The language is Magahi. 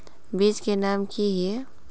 बीज के नाम की हिये?